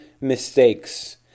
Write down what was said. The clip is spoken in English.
mistakes